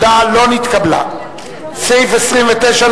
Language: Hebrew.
ההסתייגות של קבוצת סיעת חד"ש,